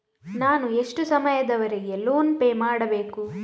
ನಾನು ಎಷ್ಟು ಸಮಯದವರೆಗೆ ಲೋನ್ ಪೇ ಮಾಡಬೇಕು?